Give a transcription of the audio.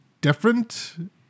different